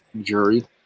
jury